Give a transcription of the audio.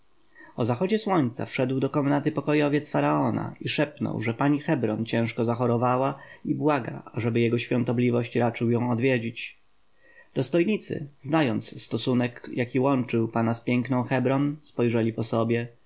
o zachodzie słońca wszedł do komnaty pokojowiec faraona i szepnął że pani hebron ciężko zachorowała i błaga ażeby jego świątobliwość raczył ją odwiedzić dostojnicy znając stosunek jaki łączył pana z piękną hebron spojrzeli po sobie